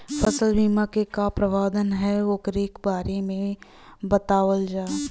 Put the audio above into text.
फसल बीमा क का प्रावधान हैं वोकरे बारे में बतावल जा?